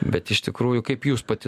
bet iš tikrųjų kaip jūs pati